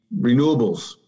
renewables